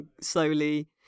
slowly